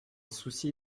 souci